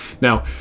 Now